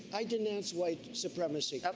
i didn't ask white supremacy.